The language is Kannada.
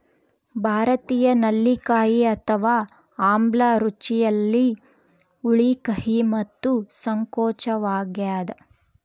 ಭಾರತೀಯ ನೆಲ್ಲಿಕಾಯಿ ಅಥವಾ ಆಮ್ಲ ರುಚಿಯಲ್ಲಿ ಹುಳಿ ಕಹಿ ಮತ್ತು ಸಂಕೋಚವಾಗ್ಯದ